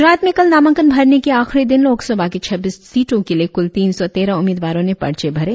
ग्रजरात में कल नामांकन भरने के आखिरी दिन लोकसभा की छब्बीस सीटों के लिए कुल तीन सौ तेरह उम्मीदवारों ने पर्चे भरे